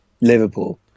Liverpool